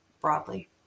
broadly